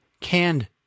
canned